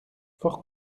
fort